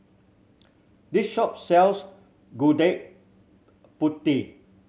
this shop sells Gudeg Putih